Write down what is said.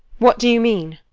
what do you mean?